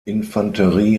infanterie